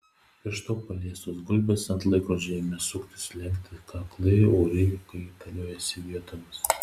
pirštu paliestos gulbės ant laikrodžio ėmė suktis lenkti kaklai oriai kaitaliojosi vietomis